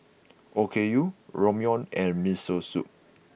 Okayu Ramyeon and Miso Soup